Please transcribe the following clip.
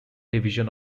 division